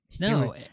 No